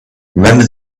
remember